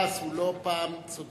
הכעס הוא לא פעם צודק,